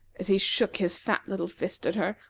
as he shook his fat little fist at her.